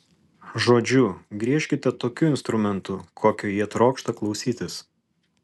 žodžiu griežkite tokiu instrumentu kokio jie trokšta klausytis